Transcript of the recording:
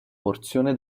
porzione